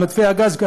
על מתווה הגז,